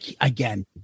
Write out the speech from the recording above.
Again